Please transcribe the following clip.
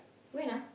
when ah